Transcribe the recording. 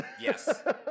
Yes